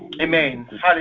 Amen